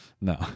No